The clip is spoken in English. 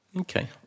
Okay